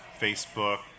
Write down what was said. Facebook